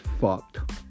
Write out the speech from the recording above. fucked